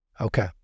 Okay